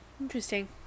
Interesting